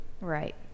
Right